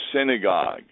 synagogue